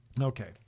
okay